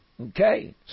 Okay